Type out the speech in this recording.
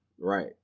Right